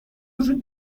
وجود